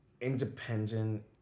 independent